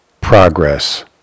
progress